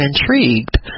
intrigued